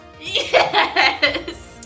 Yes